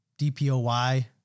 DPOY